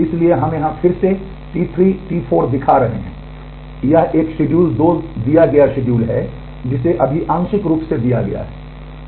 इसलिए यहां हम फिर से T3 T4 दिखा रहे हैं यह एक शेड्यूल 2 दिया गया शेड्यूल है जिसे अभी आंशिक रूप से दिया गया है